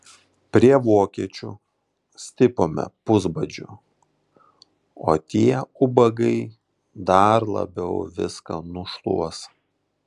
prie vokiečių stipome pusbadžiu o tie ubagai dar labiau viską nušluos